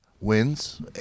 Wins